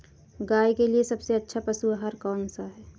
गाय के लिए सबसे अच्छा पशु आहार कौन सा है?